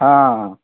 हा